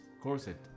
corset